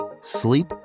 sleep